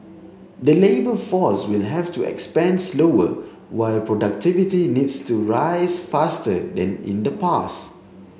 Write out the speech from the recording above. the labour force will have to expand slower while productivity needs to rise faster than in the past